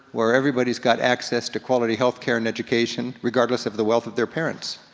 where everybody's got access to quality healthcare and education regardless of the wealth of their parents.